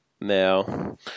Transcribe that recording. Now